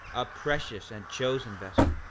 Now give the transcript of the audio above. a precious and chosen vessel,